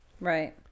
right